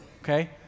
okay